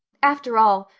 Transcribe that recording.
after all,